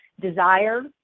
desire